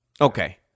Okay